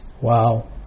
Wow